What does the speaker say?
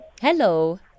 Hello